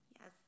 Yes